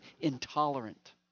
intolerant